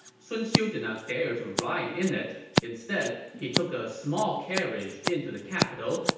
sun xiu did not dare to ride in it. instead, he took a small carriage into the capital,